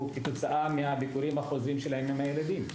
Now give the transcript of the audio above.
כתוצאה מהביקורים החוזרים שלהם עם הילדים.